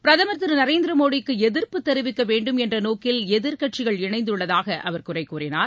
பிரதம் திருநரேந்திரமோடிக்குஎதிர்ப்பு தெரிவிக்கவேண்டும் என்றநோக்கில் எதிர்க்கட்சிகள் இணைந்துள்ளதாககுறைகூறினார்